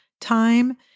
time